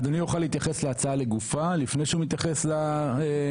אדוני יוכל להתייחס להצעה לגופה לפני שהוא מתייחס למסביב?